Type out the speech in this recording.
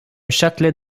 châtelet